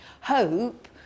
hope